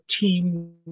team